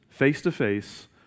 face-to-face